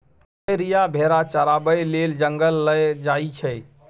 गरेरिया भेरा चराबै लेल जंगल लए जाइ छै